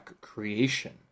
creation